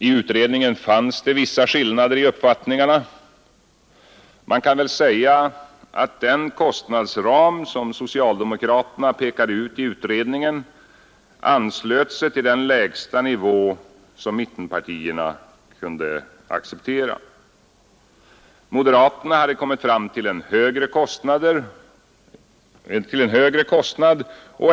I utredningen fanns det vissa skillnader i uppfattningarna — man kan väl säga att den kostnadsram som socialdemokraterna pekade ut i utredningen anslöt sig till den lägsta nivå som mittenpartierna kunde acceptera. Moderaterna hade kommit fram till en högre kostnad.